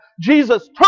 Jesus